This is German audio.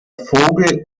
vogel